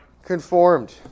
Conformed